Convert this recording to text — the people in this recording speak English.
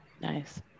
Nice